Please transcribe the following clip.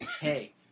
hey